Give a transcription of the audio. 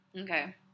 okay